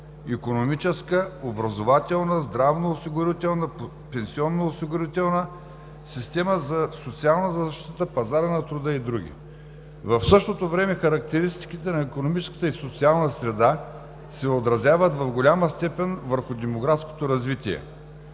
икономическа, образователна, здравноосигурителна, пенсионноосигурителна, система за социална защита, пазара на труда и други. В същото време характеристиките на икономическата и социална среда се отразяват в голяма степен върху демографското развитие.